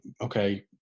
Okay